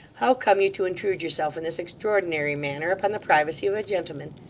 how come you to intrude yourself in this extraordinary manner upon the privacy of a gentleman?